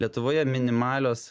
lietuvoje minimalios